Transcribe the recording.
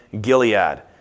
Gilead